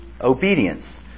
Obedience